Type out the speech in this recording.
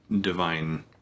divine